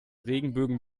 regenbögen